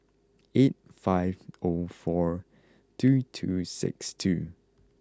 eight five O four two two six two